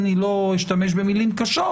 אני לא אשתמש במילים קשות,